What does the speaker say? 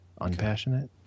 unpassionate